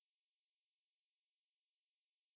I was like dey dey dey